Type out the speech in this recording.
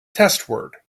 testword